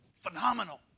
phenomenal